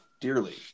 dearly